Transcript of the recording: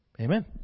Amen